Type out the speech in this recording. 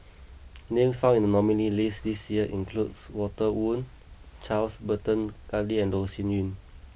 names found in the nominees list this year include Walter Woon Charles Burton Buckley and Loh Sin Yun